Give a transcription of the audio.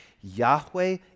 Yahweh